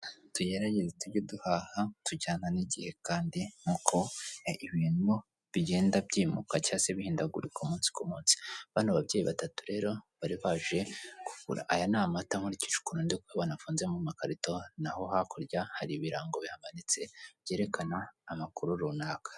Tugerageze tujye duhaha tujyana n'igihe kandi nk'uko ibintu bigenda byimuka cyangwa se bihindagurika umunsi ku munsi. Bano babyeyi batatu rero, bari baje kugura. Aya ni amata nkurikije ukuntu ndikubibona afunze mu makarito, naho hakurya hari ibirango bihamanitse byerekana amakuru runaka.